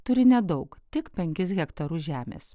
turi nedaug tik penkis hektarus žemės